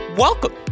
Welcome